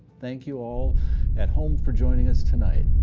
thank you all at home for joining us tonight,